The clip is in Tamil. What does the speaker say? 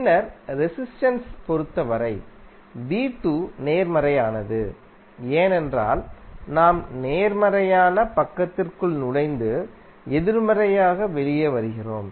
பின்னர் ரெசிஸ்டென்ஸ் பொறுத்தவரை v2நேர்மறையானது ஏனென்றால் நாம் நேர்மறையான பக்கத்திற்குள் நுழைந்து எதிர்மறையாக வெளியே வருகிறோம்